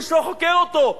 איש לא חוקר אותו.